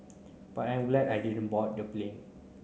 but I'm glad I didn't board the plane